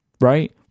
right